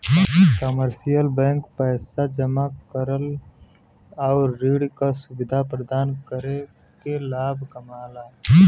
commercial bank पैसा जमा करल आउर ऋण क सुविधा प्रदान करके लाभ कमाला